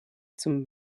zum